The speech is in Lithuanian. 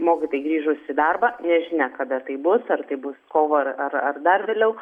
mokytojai grįžus į darbą nežinia kada tai bus ar tai bus kovą ar ar dar vėliau